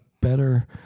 better